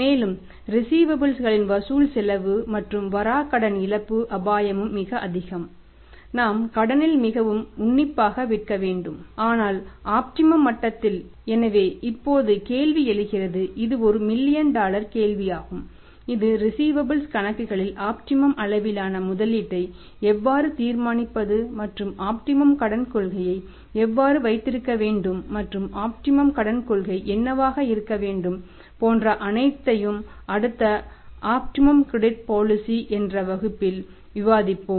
மேலும் ரிஸீவபல்ஸ் வகுப்பில் விவாதிப்போம்